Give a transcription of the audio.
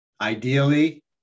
Ideally